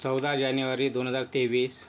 चौदा जानेवारी दोन हजार तेवीस